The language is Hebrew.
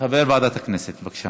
חבר הכנסת דוד ביטן,